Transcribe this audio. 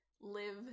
live